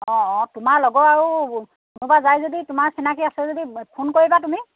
অঁ অঁ তোমাৰ লগৰ আৰু কোনোবা যাই যদি তোমাৰ চিনাকি আছে যদি ফোন কৰিবা তুমি